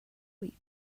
week